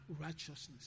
righteousness